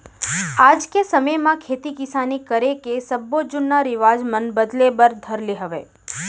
आज के समे म खेती किसानी करे के सब्बो जुन्ना रिवाज मन बदले बर धर ले हवय